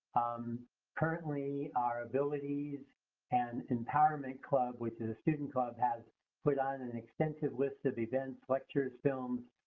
um currently, our abilities and empowerment club, which is a student club, has put on an extensive list of events, lectures, films,